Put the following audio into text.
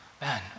man